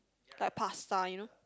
like pasta you know